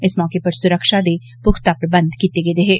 इस मौके पर सुरक्षा दे पुख्ता प्रबंध कीते गेदे हे